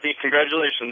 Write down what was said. congratulations